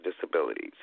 disabilities